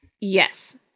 Yes